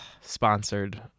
sponsored